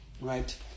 right